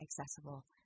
accessible